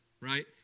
right